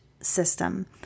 system